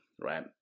right